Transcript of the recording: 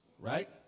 right